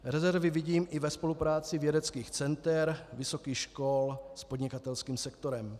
Rezervy vidím i ve spolupráci vědeckých center, vysokých škol s podnikatelským sektorem.